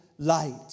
Light